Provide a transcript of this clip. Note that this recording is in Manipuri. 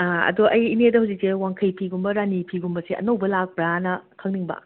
ꯑꯗꯣ ꯑꯩ ꯏꯅꯦꯗ ꯍꯧꯖꯤꯛꯁꯦ ꯋꯥꯡꯈꯩ ꯐꯤꯒꯨꯝꯕ ꯔꯥꯅꯤ ꯐꯤꯒꯨꯝꯕꯁꯦ ꯑꯅꯧꯕ ꯂꯥꯛꯄ꯭ꯔꯥꯅ ꯈꯪꯅꯤꯡꯕ